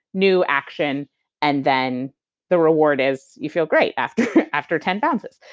new, action and then the reward is you feel great after after ten bounces.